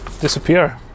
disappear